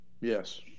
Yes